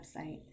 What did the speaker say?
website